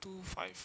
five